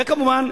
וכמובן,